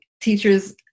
teachers